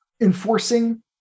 enforcing